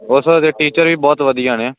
ਉਸ ਦੇ ਟੀਚਰ ਵੀ ਬਹੁਤ ਵਧੀਆ ਨੇ